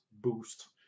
boost